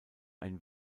ein